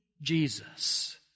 Jesus